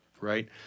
right